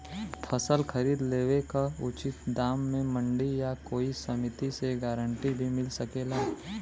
फसल खरीद लेवे क उचित दाम में मंडी या कोई समिति से गारंटी भी मिल सकेला?